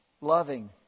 loving